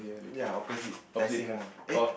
ya opposite Tai Seng one eh